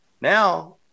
Now